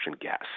gas